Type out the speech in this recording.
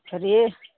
रे